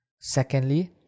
Secondly